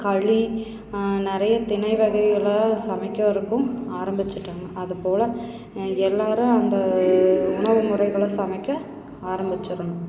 களி நிறைய தினை வகைகளை சமைக்கிறதுக்கும் ஆரம்பித்துட்டாங்க அதுபோல் எல்லோரும் அந்த உணவு முறைகளை சமைக்க ஆரம்பிச்சிடுணும்